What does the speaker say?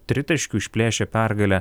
tritaškiu išplėšė pergalę